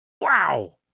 Wow